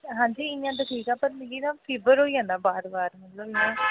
हां जी इ'यां ते ठीक ऐ लेकिन मिगी ना फीवर होई जन्दा बार बार मतलब